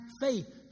faith